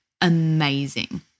amazing